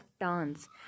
dance